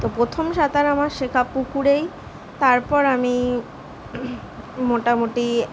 তো প্রথম সাঁতার আমার শেখা পুকুরেই তারপর আমি মোটামুটি